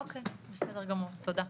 אוקי בסדר גמור, תודה.